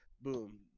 boom